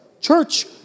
Church